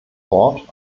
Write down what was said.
wort